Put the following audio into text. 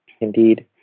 indeed